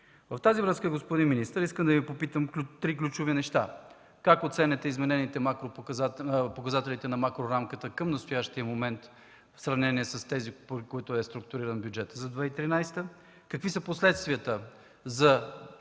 с това, господин министър, искам да Ви попитам за три ключови неща: как оценявате изменените показатели на макрорамката към настоящия момент в сравнение с тези, при които е структуриран бюджетът за 2013 г.? Какви са последствията за